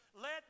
let